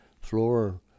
floor